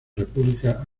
república